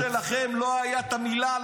בממשלה שלכם לא היה את המילה,